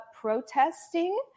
protesting